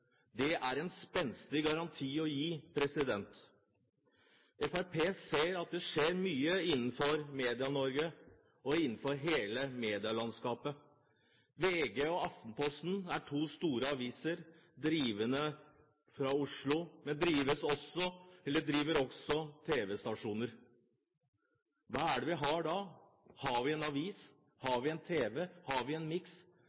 Det er en spenstig garanti å gi. Fremskrittspartiet ser at det skjer mye innenfor Medie-Norge og innenfor hele medielandskapet. VG og Aftenposten er to store aviser, som drives fra Oslo, men de driver også tv-stasjoner. Hva er det vi har da? Har vi en avis? Har vi en tv? Har vi en miks?